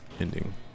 ending